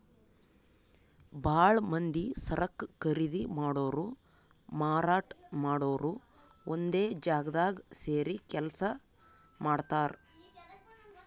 ಭಾಳ್ ಮಂದಿ ಸರಕ್ ಖರೀದಿ ಮಾಡೋರು ಮಾರಾಟ್ ಮಾಡೋರು ಒಂದೇ ಜಾಗ್ದಾಗ್ ಸೇರಿ ಕೆಲ್ಸ ಮಾಡ್ತಾರ್